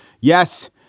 Yes